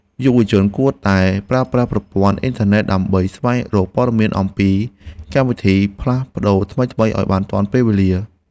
យុវជនគួរតែចេះប្រើប្រាស់ប្រព័ន្ធអ៊ីនធឺណិតដើម្បីស្វែងរកព័ត៌មានអំពីកម្មវិធីផ្លាស់ប្តូរថ្មីៗឱ្យបានទាន់ពេលវេលា។